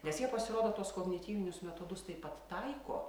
nes jie pasirodo tuos kognityvinius metodus taip pat taiko